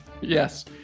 Yes